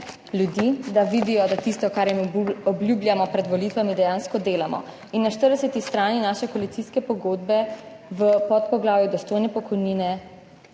da vidijo, da tisto, kar jim obljubljamo pred volitvami, dejansko delamo. In na 40. strani naše koalicijske pogodbe v podpoglavju Dostojne pokojnine